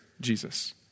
Jesus